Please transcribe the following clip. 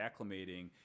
acclimating